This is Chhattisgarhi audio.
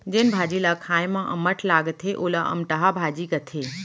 जेन भाजी ल खाए म अम्मठ लागथे वोला अमटहा भाजी कथें